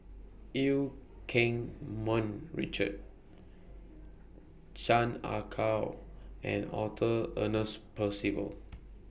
EU Keng Mun Richard Chan Ah Kow and Arthur Ernest Percival